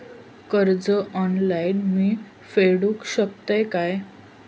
कर्ज ऑनलाइन मी फेडूक शकतय काय?